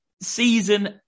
Season